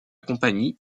compagnie